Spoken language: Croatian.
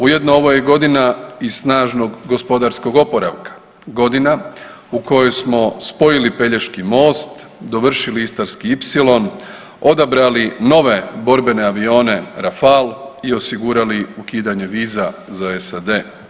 Ujedno ovo je i godina i snažnog gospodarskog oporavka, godina u kojoj smo spojili Pelješki most, dovršili Istarski ipsilon, odabrali nove borbene avione Rafale i osigurali ukidanje viza za SAD.